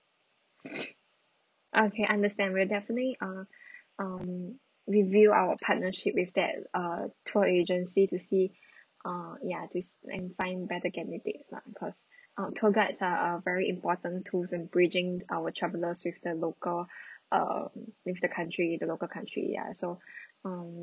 uh okay understand we'll definitely uh um review our partnership with that uh tour agency to see uh ya to and find better candidates lah because um tour guides are are very important tools in bridging our travelers with the local um with the country the local country ya so um